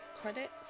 credits